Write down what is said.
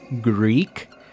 Greek